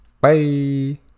Bye